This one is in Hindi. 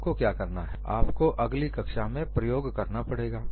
आपको क्या करना है आपको अगली कक्षा में प्रयोग करना पड़ेगा